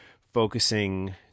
focusing